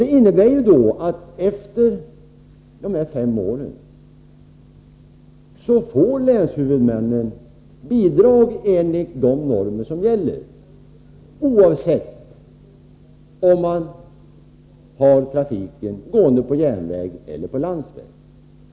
Det innebär att efter dessa fem år får länshuvudmännen bidrag enligt de normer som gäller, oavsett om man har trafiken gående på järnväg eller på landsväg.